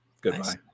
Goodbye